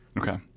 Okay